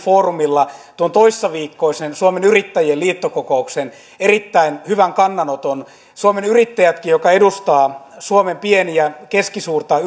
foorumilla tuon toissaviikkoisen suomen yrittäjien liittokokouksen erittäin hyvän kannanoton suomen yrittäjätkin joka edustaa suomen pientä ja keskisuurta